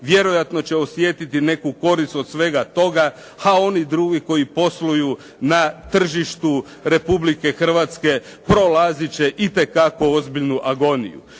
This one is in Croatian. vjerojatno će osjetiti neku korist od svega toga, a oni drugi koji posluju na tržištu Republike Hrvatske prolazit će itekako ozbiljnu agoniju.